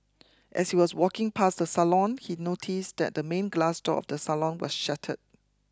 as he was walking past the salon he noticed that the main glass door of the salon was shattered